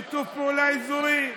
שיתוף פעולה אזורי,